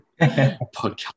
podcast